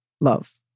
love